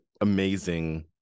amazing